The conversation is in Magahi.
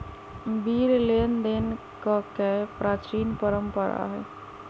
बिल लेनदेन कके प्राचीन परंपरा हइ